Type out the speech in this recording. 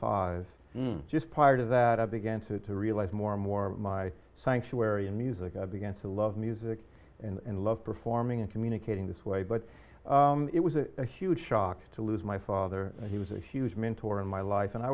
five just prior to that i began to realize more and more my sanctuary in music i began to love music and love performing and communicating this way but it was a huge shock to lose my father he was a huge mentor in my life and i